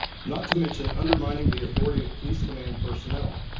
not to mention undermining the authority of police command personnel.